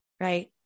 right